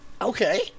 okay